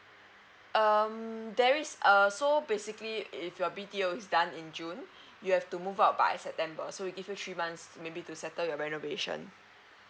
um there is err so basically if your B_T_O is done in june you have to move out by september so we give you three months maybe to settle the renovation